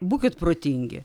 būkit protingi